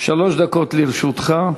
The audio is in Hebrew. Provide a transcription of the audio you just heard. שלוש דקות לרשותך.